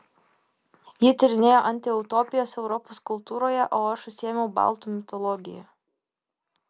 ji tyrinėjo antiutopijas europos kultūroje o aš užsiėmiau baltų mitologija